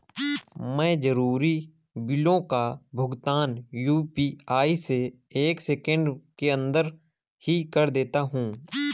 मैं जरूरी बिलों का भुगतान यू.पी.आई से एक सेकेंड के अंदर ही कर देता हूं